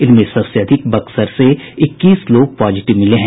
इनमें सबसे अधिक बक्सर से इक्कीस लोग पॉजिटिव मिले हैं